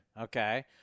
Okay